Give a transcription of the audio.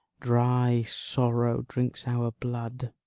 dry sorrow drinks our blood.